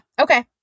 okay